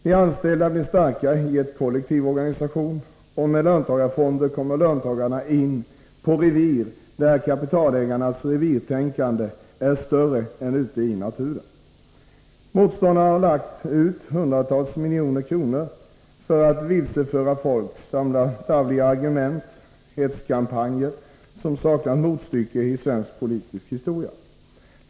De anställda blir starka i en kollektiv organisation, och med löntagarfonder kommer löntagarna in på områden där kapitalägarnas revirtänkande är större än ute i naturen. Motståndarna har lagt ut hundratals miljoner kronor för att vilseleda folk och samla tarvliga argument och för hetskampanjer, som saknar motstycke i svensk politisk historia.